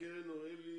נוריאלי,